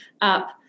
up